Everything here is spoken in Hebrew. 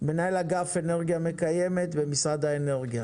מנהל אגף אנרגיה מקיימת במשרד האנרגיה.